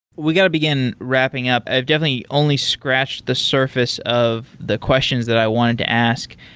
we got to begin wrapping up. i've definitely only scratched the surface of the questions that i wanted to ask.